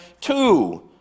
two